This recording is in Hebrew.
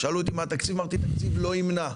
שאלו אותי מה התקציב ואמרתי שהתקציב לא ימנע.